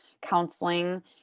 counseling